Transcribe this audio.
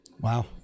Wow